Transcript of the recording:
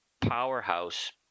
powerhouse